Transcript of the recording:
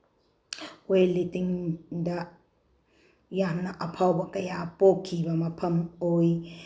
weight ꯂꯤꯞꯇꯤꯡꯗ ꯌꯥꯝꯅ ꯑꯐꯥꯎꯕ ꯀꯌꯥ ꯄꯣꯛꯈꯤꯕ ꯃꯐꯝ ꯑꯣꯏ